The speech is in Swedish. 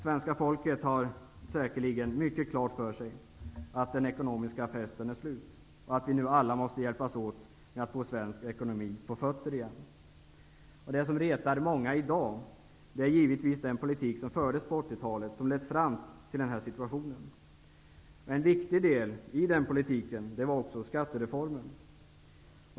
Svenska folket har säkerligen mycket klart för sig att den ekonomiska festen är slut och att vi nu alla måste hjälpas åt med att få svensk ekonomi på fötter igen. Det som retar många i dag är givetvis den politik som fördes på 1980-talet som lett fram till den här situationen. En viktig del i den politiken var skattereformen.